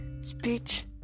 speech